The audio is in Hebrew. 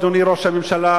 אדוני ראש הממשלה,